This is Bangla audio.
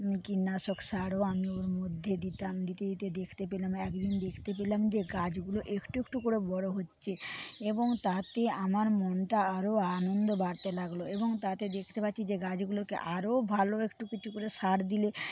কীটনাশক সারও আমি ওর মধ্যে দিতাম দিতে দিতে দেখতে পেলাম একদিন দেখতে পেলাম যে গাছগুলো একটু একটু করে বড়ো হচ্ছে এবং তাতে আমার মনটা আরও আনন্দ বাড়তে লাগলো এবং তাতে দেখতে পাচ্ছি যে গাছগুলোকে আরও ভালো একটু একটু করে সার দিলে